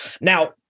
Now